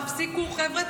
תפסיקו, חבר'ה.